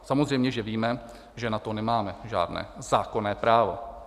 Samozřejmě že víme, že na to nemáme žádné zákonné právo.